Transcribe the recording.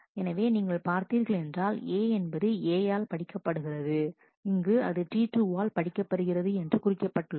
எனவே நீங்கள் பார்த்தீர்கள் என்றால் a என்பது A யால் படிக்கப்படுகிறது இங்கு அது T2 ஆல் படிக்கப்படுகிறது என்று குறிக்கப்பட்டுள்ளது